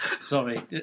Sorry